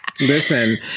Listen